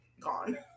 gone